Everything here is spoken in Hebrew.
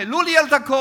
העלו את הכול,